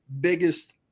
biggest